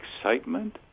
excitement